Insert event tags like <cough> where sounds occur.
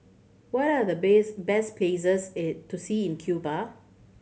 what are the <unintelligible> best places <unintelligible> to see in Cuba